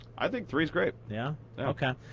i think three is great. yeah ok.